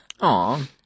Aw